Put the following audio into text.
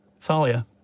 Thalia